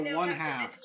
one-half